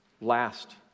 last